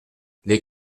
les